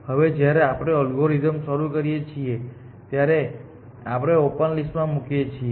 હવે જ્યારે આપણે એલ્ગોરિધમ્સ શરૂ કરીએ છીએ ત્યારે આપણે ઓપન લિસ્ટ માં મૂકીએ છીએ